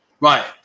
Right